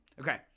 Okay